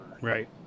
Right